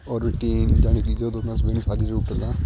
ਉਹ ਰੁਟੀਨ ਜਾਣੀ ਕਿ ਜਦੋਂ ਮੈਂ ਸਵੇਰੇ ਨੂੰ ਸਾਜਰੇ ਉੱਠਦਾ